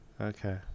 Okay